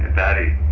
patty,